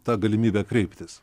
tą galimybę kreiptis